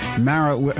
Mara